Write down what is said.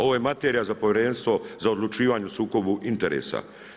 Ovo je materijal za Povjerenstvo za odlučivanje o sukobu interesa.